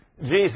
Jesus